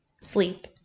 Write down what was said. sleep